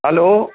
hello